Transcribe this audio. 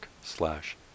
slash